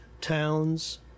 towns